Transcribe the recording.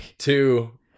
two